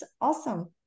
awesome